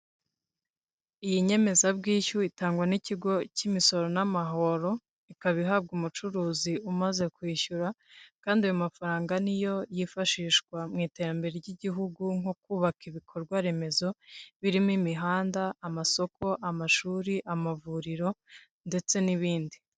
Iyi nyemezabwishyu itangwa n'ikigo cy'imisoro n'amahoro, ikaba ihabwa umucuruzi umaze kwishyura kandi ayo mafaranga niyo yifashishwa mu iterambere ry'igihugu nko kubaka ibikorwa remezo birimo imihanda, amasoko, amashuri, amavuriro ndetse n'ibindi.